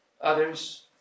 others